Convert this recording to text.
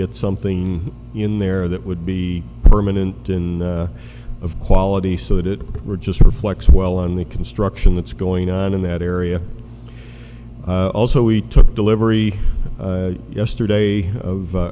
get something in there that would be permanent and of quality so that it were just reflects well on the construction that's going on in that area also we took delivery yesterday of e